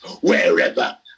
wherever